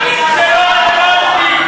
אתה באופוזיציה,